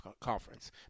conference